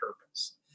purpose